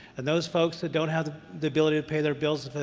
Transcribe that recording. and those folks that don't have the ability to pay their bills,